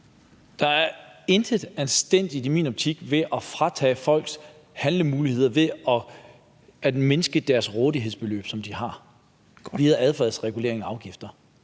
er der intet anstændigt ved at fratage folk handlemuligheder ved at mindske det rådighedsbeløb, de har, via adfærdsregulerende afgifter.